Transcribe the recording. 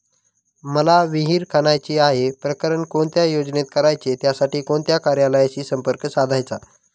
मला विहिर खणायची आहे, प्रकरण कोणत्या योजनेत करायचे त्यासाठी कोणत्या कार्यालयाशी संपर्क साधायचा?